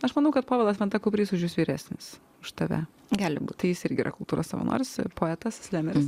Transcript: aš manau kad povilas ventakuprys už jus vyresnis už tave gali būti jis irgi yra kultūros savanoris poetas slemeris